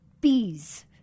bees